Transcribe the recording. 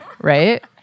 right